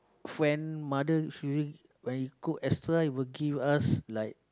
friend mother usually when she cook extra she would give us like